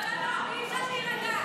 לא, לא, לא, אי-אפשר להירגע, אי-אפשר להירגע.